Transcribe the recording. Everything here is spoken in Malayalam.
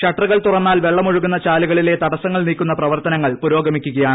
ഷട്ടറുകൾ തുറന്നാൽ വെളളമൊഴുകുന്ന ചാലുകളിലെ തടസ്സങ്ങൾ നീക്കുന്ന പ്രവർത്തനങ്ങൾ പുരോഗമിക്കുകയാണ്